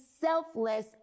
selfless